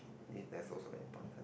also important